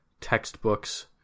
textbooks